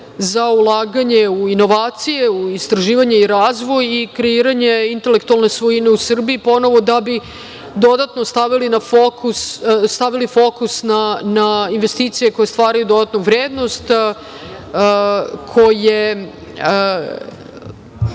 za ulaganje u inovacije, u istraživanje i razvoj i kreiranje intelektualne svojine u Srbiji ponovo da bi dodatno stavili fokus na investicije koje stvaraju dodatnu vrednost, koje